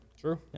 True